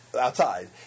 outside